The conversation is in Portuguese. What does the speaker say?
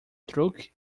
truque